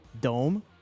Dome